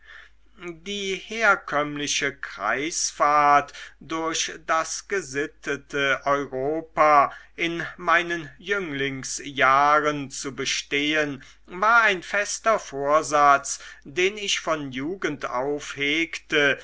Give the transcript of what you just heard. die herkömmliche kreisfahrt durch das gesittete europa in meinen jünglingsjahren zu bestehen war ein fester vorsatz den ich von jugend auf